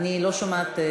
אני לא שומעת.